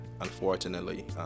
unfortunately